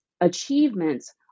achievements